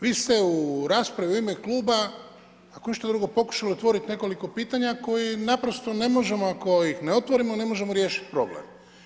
Vi ste u raspravi u ime kluba, ako ništa drugo, pokušali otvoriti nekoliko pitanja, koja naprosto ne možemo, ako ih ne otvorimo, ne možemo riješiti problem.